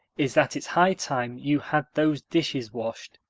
is that it's high time you had those dishes washed.